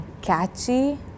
catchy